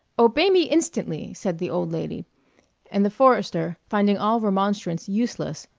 obey me instantly, said the old lady and the forester, finding all remonstrance useless,